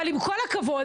אבל עם כל הכבוד,